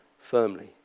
firmly